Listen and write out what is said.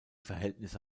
verhältnisse